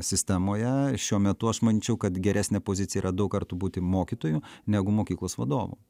sistemoje šiuo metu aš manyčiau kad geresnė pozicija yra daug kartų būti mokytoju negu mokyklos vadovu